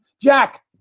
Jack